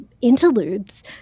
interludes